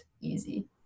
easy